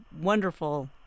wonderful